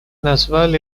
назвал